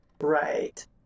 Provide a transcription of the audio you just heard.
Right